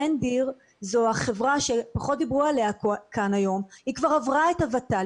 ריינדיר היא החברה - שפחות דיברו עליה כאן היום שכבר עברה את הוות"ל,